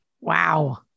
Wow